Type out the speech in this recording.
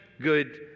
good